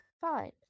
Fine